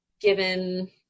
given